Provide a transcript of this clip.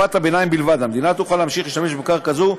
בתקופת הביניים בלבד המדינה תוכל להמשיך ולהשתמש בקרקע זו,